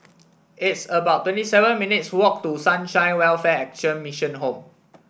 it's about twenty seven minutes' walk to Sunshine Welfare Action Mission Home